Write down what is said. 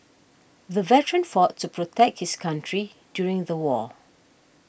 the veteran fought to protect his country during the war